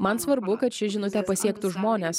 man svarbu kad ši žinutė pasiektų žmones